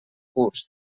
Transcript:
curs